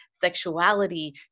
sexuality